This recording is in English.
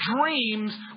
dreams